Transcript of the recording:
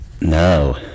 No